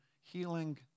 healing